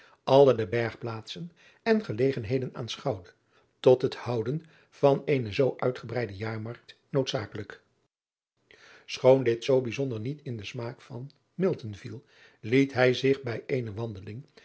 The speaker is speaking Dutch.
alle de bergplaatsen en gelegenheden aanschouwde tot het houden van eene zoo uitgebreide jaarmarkt noodzakelijk choon dit zoo bijzonder niet in den smaak van viel liet hij zich bij eene wandeling